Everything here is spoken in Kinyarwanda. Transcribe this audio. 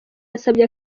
yasabye